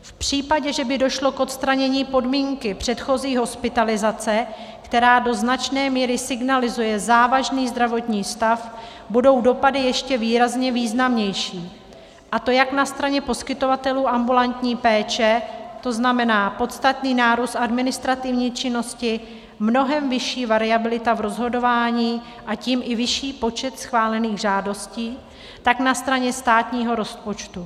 V případě, že by došlo k odstranění podmínky předchozí hospitalizace, která do značné míry signalizuje závažný zdravotní stav, budou dopady ještě výrazně významnější, a to jak na straně poskytovatelů ambulantní péče, to znamená podstatný nárůst administrativní činnosti, mnohem vyšší variabilita v rozhodování, a tím i vyšší počet schválených žádostí, tak na straně státního rozpočtu.